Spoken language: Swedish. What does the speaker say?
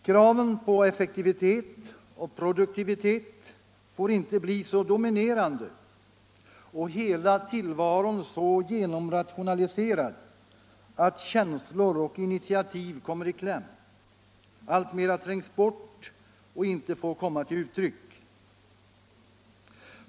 Kraven på effektivitet och produktivitet får inte bli så dominerande och hela tillvaron så genomrationaliserad att känslor och initiativ kommer i kläm, alltmera trängs bort och inte får komma till uttryck.